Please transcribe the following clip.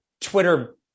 Twitter